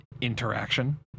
interaction